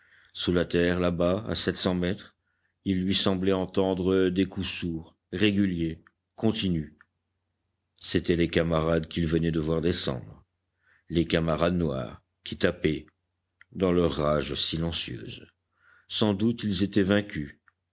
sous la terre là-bas à sept cents mètres il lui semblait entendre des coups sourds réguliers continus c'étaient les camarades qu'il venait de voir descendre les camarades noirs qui tapaient dans leur rage silencieuse sans doute ils étaient vaincus